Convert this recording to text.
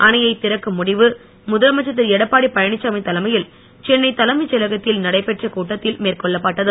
அணையை திறக்கும் முடிவு முதலமைச்சர் திரு எடப்பாடி பழனிச்சாமி தலைமையில் சென்னை தலைமைச் செயலகத்தில் நடைபெற்ற கூட்டத்தில் மேற்கொள்ளப்பட்டது